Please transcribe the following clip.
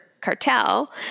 cartel